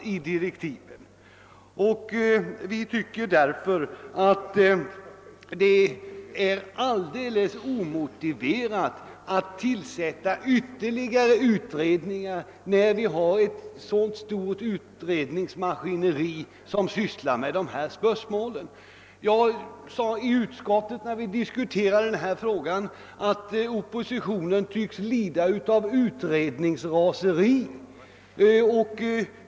När ett så stort utredningsmaskineri sysslar med dessa spörsmål tycker vi det är alldeles omotiverat att tillsätta ytterligare utredningar. Jag sade i utskottet när vi diskuterade den här frågan, att oppositionen tycks lida av utredningsraseri.